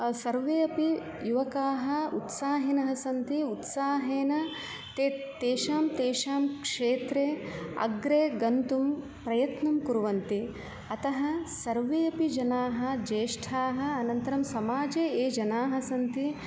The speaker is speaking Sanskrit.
सर्वे अपि युवकाः उत्साहिनः सन्ति उत्साहेन ते तेषां तेषां क्षेत्रे अग्रे गन्तुं प्रयत्नं कुर्वन्ति अतः सर्वे अपि जनाः ज्येष्ठाः अनन्तरं समाजे ये जनाः सन्ति